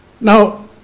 Now